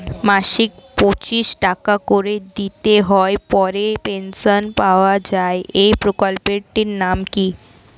মাসিক পঁচিশ টাকা করে দিতে হয় পরে পেনশন পাওয়া যায় এই প্রকল্পে টির নাম কি?